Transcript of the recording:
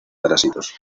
parásitos